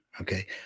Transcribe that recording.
okay